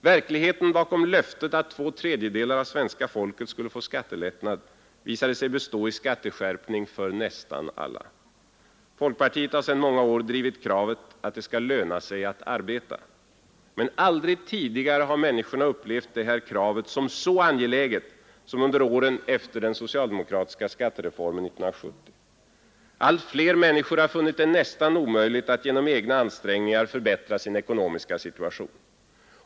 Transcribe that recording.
Verkligheten bakom löftet att två tredjedelar av svenska folket skulle få skattelättnad visade sig bestå i skatteskärpning för nästan alla. Folkpartiet har sedan många år drivit kravet att det skall löna sig att arbeta. Men aldrig tidigare har människor upplevt detta krav som så angeläget som under åren efter den socialdemokratiska skattereformen 1970. Allt fler familjer har funnit det nästan omöjligt att genom egna ansträngningar förbättra sin ekonomiska situation.